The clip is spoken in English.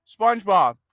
SpongeBob